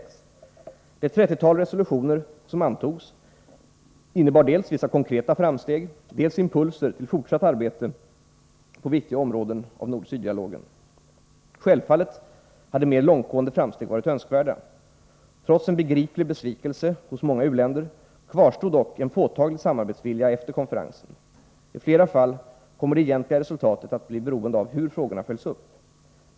Det trettiotal resolutioner som antogs innebar dels vissa konkreta framsteg, dels impulser till fortsatt arbete på viktiga områden av nord-syd-dialogen. Självfallet hade mer långtgående framsteg varit önskvärda. Trots en begriplig besvikelse hos många u-länder kvarstod dock en påtaglig samarbetsvilja efter konferensen. I flera fall kommer det egentliga resultatet att bli beroende av hur frågorna följs upp.